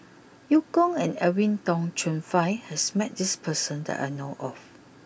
Eu Kong and Edwin Tong Chun Fai has met this person that I know of